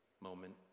moment